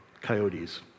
coyotes